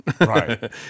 Right